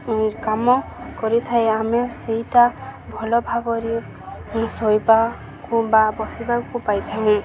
କାମ କରିଥାଏ ଆମେ ସେଇଟା ଭଲ ଭାବରେ ଶୋଇବାକୁ ବା ବସିବାକୁ ପାଇଥାଉ